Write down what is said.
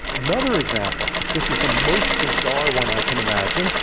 another example. this is the most bizarre one i can imagine,